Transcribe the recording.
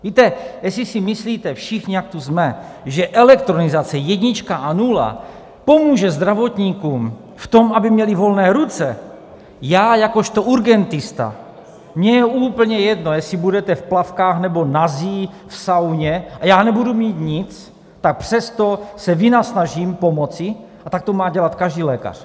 Víte, jestli si myslíte všichni, jak tu jsme, že elektronizace, jednička a nula, pomůže zdravotníkům v tom, aby měli volné ruce já jakožto urgentista, mně je úplně jedno, jestli budete v plavkách nebo nazí v sauně a já nebudu mít nic, tak přesto se vynasnažím pomoci, a tak to má dělat každý lékař.